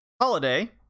Holiday